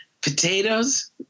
potatoes